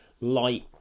light